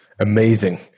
Amazing